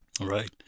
Right